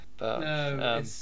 No